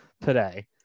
today